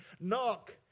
Knock